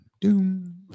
doom